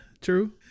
true